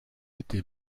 été